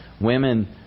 Women